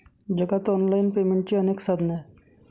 जगात ऑनलाइन पेमेंटची अनेक साधने आहेत